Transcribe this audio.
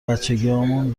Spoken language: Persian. بچگیهامون